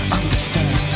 understand